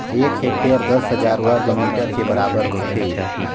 एक हेक्टेयर दस हजार वर्ग मीटर के बराबर होथे